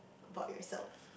about yourself